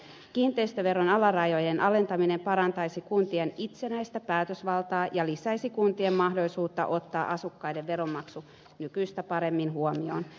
kiinteistöveron alarajojen alentaminen parantaisi kuntien itsenäistä päätösvaltaa ja lisäisi kuntien mahdollisuutta ottaa asukkaiden veronmaksukyky nykyistä paremmin huomioon